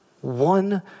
One